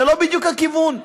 זה לא בדיוק הכיוון.